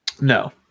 No